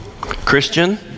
Christian